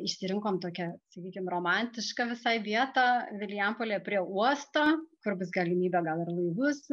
išsirinkome tokią sakykim romantišką visai vietą vilijampolėje prie uosto kur bus galimybė gal ir laivus